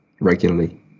regularly